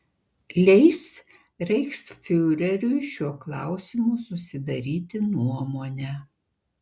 leis reichsfiureriui šiuo klausimu susidaryti nuomonę